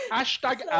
Hashtag